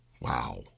Wow